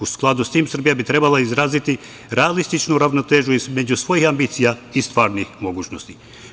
U skladu s tim, Srbija bi trebalo da izrazi realističnu ravnotežu između svojih ambicija i stvarnih mogućnosti.